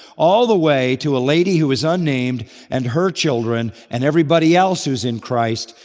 all the way to a lady who is unnamed and her children, and everybody else who is in christ,